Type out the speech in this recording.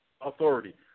Authority